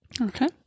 Okay